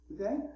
okay